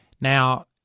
Now